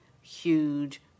huge